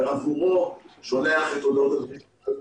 ואנחנו שולחים את ההודעות פרטנית,